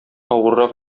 авыррак